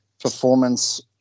performance